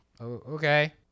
okay